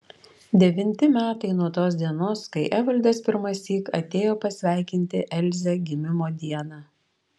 devinti metai nuo tos dienos kai evaldas pirmąsyk atėjo pasveikinti elzę gimimo dieną